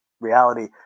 reality